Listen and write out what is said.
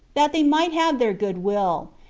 that they might have their good-will,